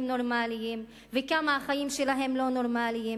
נורמליים וכמה החיים שלהם לא נורמליים,